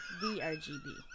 V-R-G-B